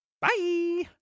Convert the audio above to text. Bye